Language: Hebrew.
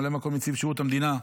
של ממלא-מקום לנציב שירות המדינה,